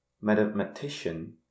mathematician